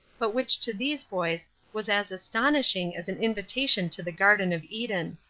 but which to these boys was as astonishing as an invitation to the garden of eden.